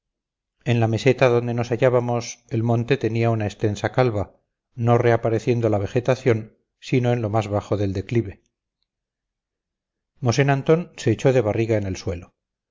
en la meseta donde nos hallábamos el monte tenía una extensa calva no reapareciendo la vegetación sino en lo más bajo del declive mosén antón se echó de barriga en el suelo